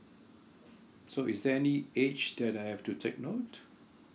so is there any age that I have to take note